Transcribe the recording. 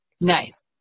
Nice